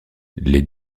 les